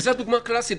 וזו הדוגמה הקלאסית,